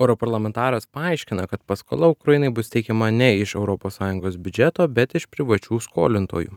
europarlamentaras paaiškina kad paskola ukrainai bus teikiama ne iš europos sąjungos biudžeto bet iš privačių skolintojų